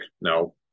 No